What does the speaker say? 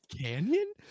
canyon